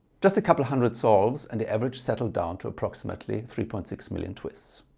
just a couple hundred solves and the average settled down to approximately three point six million twists